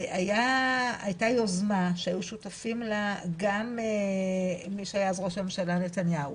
והייתה יוזמה - שהיו שותפים לה גם מי שהיה אז רוה"מ נתניהו